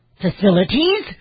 facilities